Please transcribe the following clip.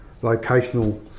vocational